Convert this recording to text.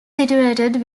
situated